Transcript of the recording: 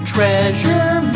Treasure